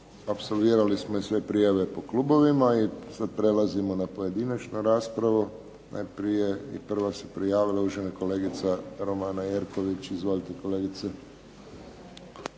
apsolvirali smo i sve prijave po klubovima. I sad prelazimo na pojedinačnu raspravu. Najprije, i prva se prijavila, uvažena kolegica Romana Jerković. Izvolite kolegice.